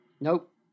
Nope